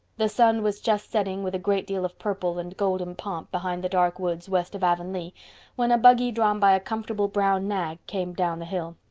the sun was just setting with a great deal of purple and golden pomp behind the dark woods west of avonlea when a buggy drawn by a comfortable brown nag came down the hill.